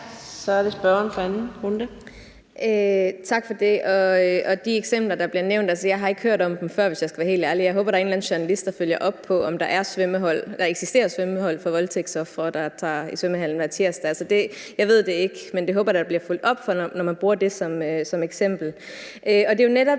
Så er det spørgeren for anden runde. Kl. 15:10 Susie Jessen (DD): Tak for det. Jeg har ikke hørt om de eksempler, der bliver nævnt, hvis jeg skal være helt ærlig. Jeg håber, der er en eller anden journalist, der følger op på, om der eksisterer svømmehold for voldtægtsofre, der f.eks. tager i svømmehallen hver tirsdag. Jeg ved det ikke, men det håber jeg da der bliver fulgt op på, når man bruger det som eksempel. Det er jo netop